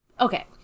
okay